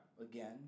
again